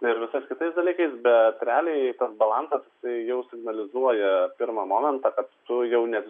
ir visais kitais dalykais bet ramiai balansas jau signalizuoja pirmą momentą kad tu jau net